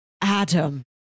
Adam